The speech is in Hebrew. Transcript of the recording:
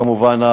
כמובן,